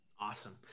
Awesome